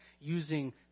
using